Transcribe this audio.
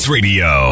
Radio